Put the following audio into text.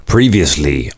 Previously